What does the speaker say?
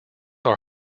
are